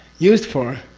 used for,